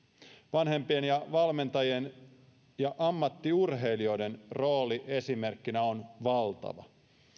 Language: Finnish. vanhempien ja valmentajien ja ammattiurheilijoiden rooli esimerkkinä on valtava